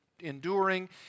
enduring